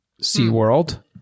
SeaWorld